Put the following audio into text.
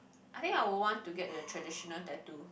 I think I would want to get the traditional tattoo